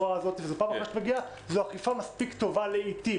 בהתאם לכללים זו אכיפה מספיק טובה לעתים.